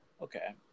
Okay